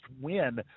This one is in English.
win